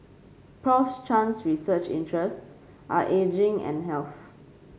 Prof Chan's research interests are ageing and health